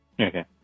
Okay